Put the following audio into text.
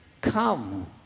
Come